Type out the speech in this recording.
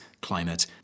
climate